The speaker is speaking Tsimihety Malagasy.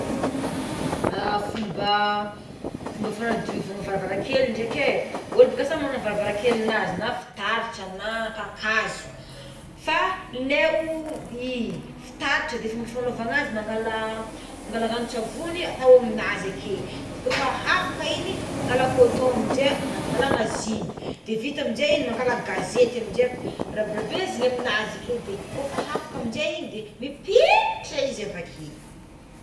Fomba fomba fanadiovana varavara kely dreké olo boaka samy manana varavarakelinazy na fitaratra na kakazo fa le fitaratra de fomba fanaovana azy mangala mangala ranotsavony atao amignazy akeo refa afaka igny mangala coton amizay angalana izy igny vita amizay mangala gazety aminjay rabirabezina amignazy ake kôfa afaka aminjay igny de mipilitra izy avaké.